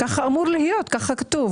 וכך זה אמור להיות כי כך כתוב,